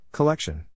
Collection